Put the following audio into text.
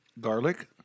garlic